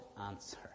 answer